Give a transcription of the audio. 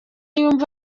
yumva